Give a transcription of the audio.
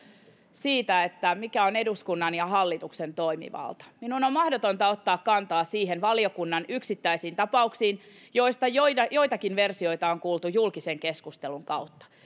siitä mikä on eduskunnan ja hallituksen toimivalta minun on mahdotonta ottaa kantaa valiokunnan yksittäisiin tapauksiin joista joista joitakin versioita on kuultu julkisen keskustelun kautta